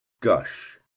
gush